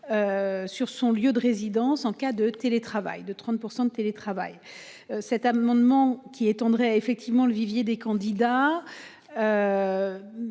Sur son lieu de résidence en cas de télétravail de 30% de télétravail. Cet amendement qui étendrait a effectivement le vivier des candidats.